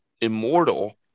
immortal